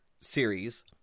series